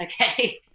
Okay